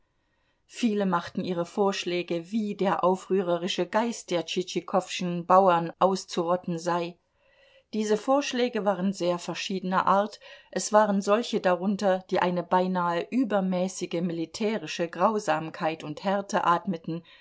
viele machten ihre vorschläge wie der aufrührerische geist der tschitschikowschen bauern auszurotten sei diese vorschläge waren sehr verschiedener art es waren solche darunter die eine beinahe übermäßige militärische grausamkeit und härte atmeten